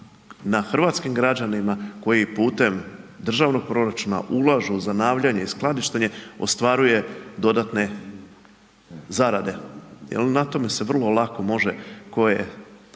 na hrvatskim građanima koji putem državnog proračuna ulažu u zanavljanje i skladištenje ostvaruje dodatne zarade. Jer na tome se vrlo lako može tko je